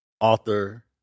author